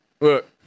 Look